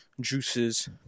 juices